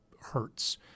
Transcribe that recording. hurts